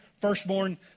firstborn